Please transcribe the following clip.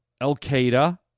Al-Qaeda